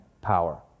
power